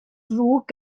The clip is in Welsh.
drwg